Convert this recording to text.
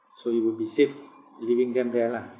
so it would be safe leaving them there lah